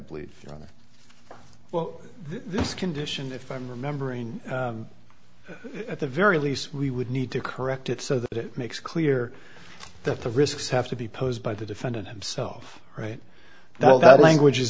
believe well this condition if i'm remembering at the very least we would need to correct it so that it makes clear that the risks have to be posed by the defendant himself right now all that